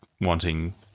wanting